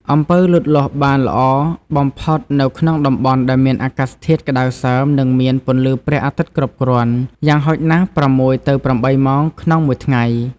អំពៅលូតលាស់បានល្អបំផុតនៅក្នុងតំបន់ដែលមាន អាកាសធាតុក្តៅសើម និងមាន ពន្លឺព្រះអាទិត្យគ្រប់គ្រាន់ យ៉ាងហោចណាស់ ៦ ទៅ ៨ ម៉ោងក្នុងមួយថ្ងៃ។